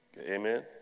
Amen